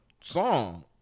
song